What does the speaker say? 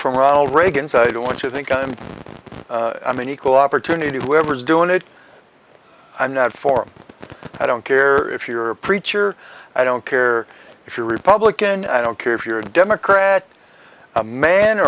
from ronald reagan's i don't want to think i'm an equal opportunity wherever is doing it i'm not for i don't care if you're a preacher i don't care if you're republican i don't care if you're a democrat a man